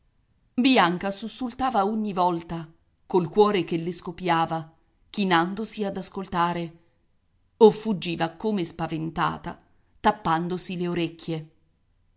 casa bianca sussultava ogni volta col cuore che le scoppiava chinandosi ad ascoltare o fuggiva come spaventata tappandosi le orecchie